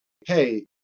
hey